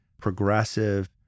progressive